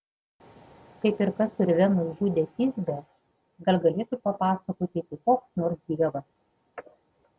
kaip ir kas urve nužudė tisbę gal galėtų papasakoti tik koks nors dievas